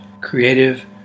creative